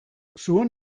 zuon